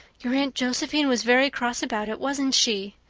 your aunt josephine was very cross about it, wasn't she?